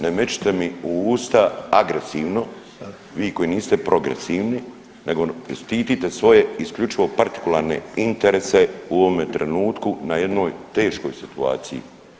Ne mećite mi u usta agresivno, vi koji niste progresivni nego štitite svoje isključivo partikularne interese u ovome trenutku na jednoj teškoj situaciji.